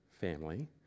family